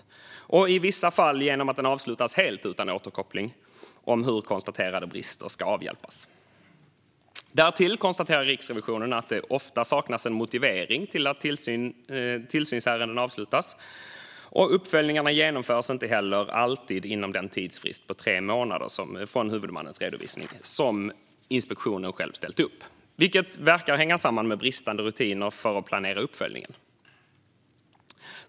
I vissa fall brister den genom att den avslutas helt utan återkoppling om hur konstaterade brister ska avhjälpas. Därtill konstaterar Riksrevisionen att det ofta saknas en motivering till att tillsynsärenden avslutas. Uppföljningarna genomförs inte heller alltid inom den tidsfrist på tre månader från huvudmannens redovisning som inspektionen själv ställt upp, vilket verkar hänga samman med bristande rutiner för att planera uppföljningen.